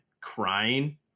crying